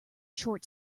short